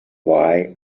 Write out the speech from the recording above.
why